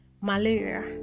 malaria